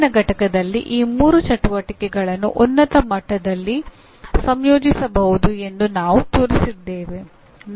ಹಿಂದಿನ ಪಠ್ಯದಲ್ಲಿ ಈ ಮೂರು ಚಟುವಟಿಕೆಗಳನ್ನು ಉನ್ನತ ಮಟ್ಟದಲ್ಲಿ ಸಂಯೋಜಿಸಬಹುದು ಎಂದು ನಾವು ತೋರಿಸಿದ್ದೇವೆ